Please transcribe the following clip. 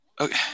Okay